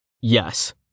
Yes